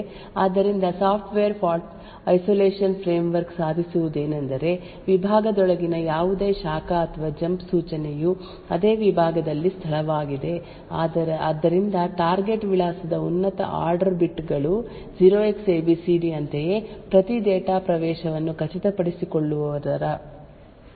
ಆದ್ದರಿಂದ software fault isolation framework ಸಾಧಿಸುವುದೇನೆಂದರೆ ವಿಭಾಗದೊಳಗಿನ ಯಾವುದೇ ಶಾಖೆ ಅಥವಾ ಜಂಪ್ ಸೂಚನೆಯು ಅದೇ ವಿಭಾಗದಲ್ಲಿ ಸ್ಥಳವಾಗಿದೆ ಆದ್ದರಿಂದ ಟಾರ್ಗೆಟ್ ವಿಳಾಸದ ಉನ್ನತ ಆರ್ಡರ್ ಬಿಟ್ಗಳು 0Xabcd ಅಂತೆಯೇ ಪ್ರತಿ ಡೇಟಾ ಪ್ರವೇಶವನ್ನು ಖಚಿತಪಡಿಸಿಕೊಳ್ಳುವುದರ ಮೂಲಕ ಅಥವಾ ಪರಿಶೀಲಿಸುವ ಮೂಲಕ ಇದನ್ನು ಮಾಡಲಾಗುತ್ತದೆ